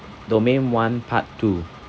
domain one part two